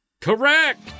Correct